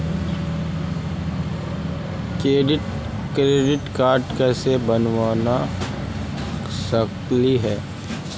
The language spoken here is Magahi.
क्रेडिट कार्ड कैसे बनबा सकली हे?